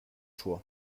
choix